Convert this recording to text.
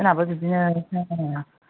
जोंनाबो बिदिनो